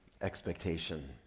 expectation